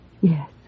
Yes